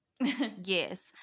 Yes